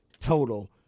total